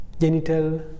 genital